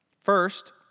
First